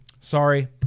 sorry